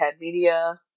Media